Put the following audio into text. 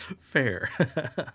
fair